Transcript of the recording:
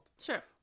Sure